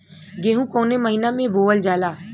गेहूँ कवने महीना में बोवल जाला?